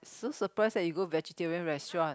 so surprised that you go vegetarian restaurant